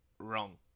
wrong